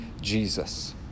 Jesus